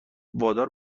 وادار